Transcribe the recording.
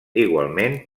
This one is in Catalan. igualment